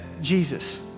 Jesus